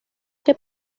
que